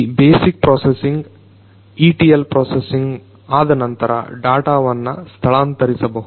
ಈ basic processing etl processing ಆದನಂತರ ಡಾಟಾವನ್ನು ಸ್ಥಳಾಂತರಿಸಬಹುದು